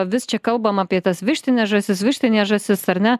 vis čia kalbam apie tas vištines žąsis vištines žąsis ar ne